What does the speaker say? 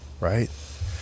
right